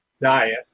diet